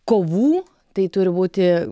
kovų tai turi būti